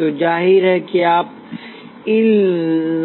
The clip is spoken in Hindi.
तो जाहिर है अगर आप इन